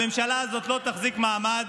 הממשלה הזאת לא תחזיק מעמד,